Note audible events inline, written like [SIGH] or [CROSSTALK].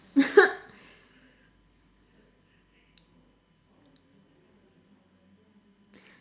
[LAUGHS]